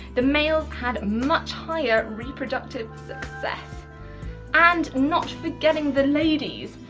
the males had much higher reproductive success and not forgetting the ladies,